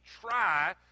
try